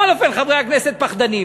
בכל אופן חברי הכנסת פחדנים.